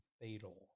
fatal